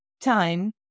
time